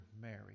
Mary